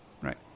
right